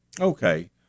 Okay